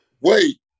wait